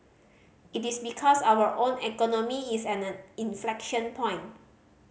it is because our own economy is at an inflection point